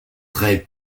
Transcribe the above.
très